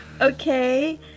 Okay